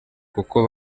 kuko